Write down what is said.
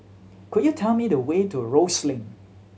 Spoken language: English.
could you tell me the way to Rose Lane